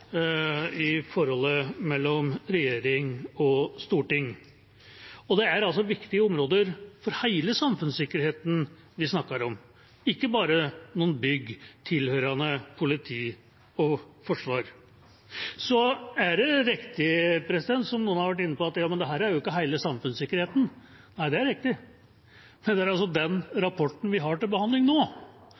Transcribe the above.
i forholdet mellom regjering og storting. Og det er altså viktige områder for hele samfunnssikkerheten vi snakker om, ikke bare noen bygg tilhørende politi og forsvar. Så er det riktig, som noen har vært inne på, at dette ikke er hele samfunnssikkerheten. Nei, det er riktig. Men det er altså den rapporten vi har til behandling nå,